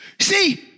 See